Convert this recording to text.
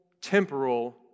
temporal